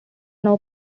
now